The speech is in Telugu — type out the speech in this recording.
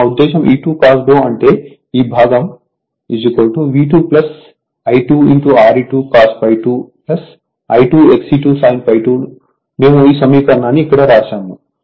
నా ఉద్దేశ్యం E2 cos అంటే ఈ భాగం V2 I2 Re2 cos ∅2 I2 XE2 sin ∅2 మేము ఈ సమీకరణాన్ని ఇక్కడ వ్రాసాము